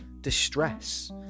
distress